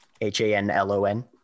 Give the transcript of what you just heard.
H-A-N-L-O-N